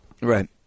Right